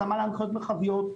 התאמה להנחיות מרחביות.